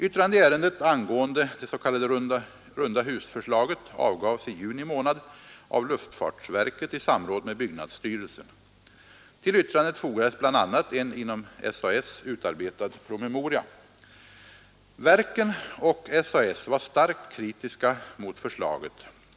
Yttrande i ärendet angående det s.k. rundahusförslaget avgavs i juni månad av luftfartsverket i samråd med byggnadsstyrelsen. Till yttrandet fogades bl.a. en inom SAS utarbetad promemoria. Verken och SAS var starkt kritiska mot förslaget.